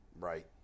Right